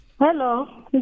Hello